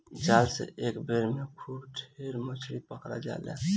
जाल से एक बेर में खूब ढेर मछरी पकड़ा जाले